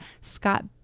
Scott